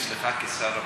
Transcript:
אצלך כשר הבריאות.